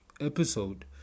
episode